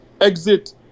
exit